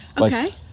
Okay